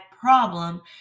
problem